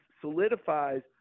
solidifies